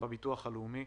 בביטוח הלאומי.